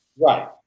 right